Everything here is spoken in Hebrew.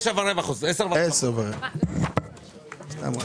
ב-10:15 חוזרים.